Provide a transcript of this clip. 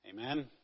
Amen